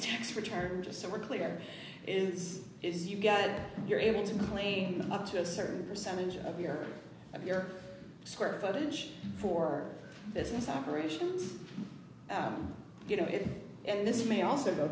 tax return just so we're clear is is you've got you're able to clean up to a certain percentage of your of your square footage for business operations get it and this may also go